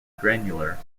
granular